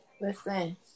Listen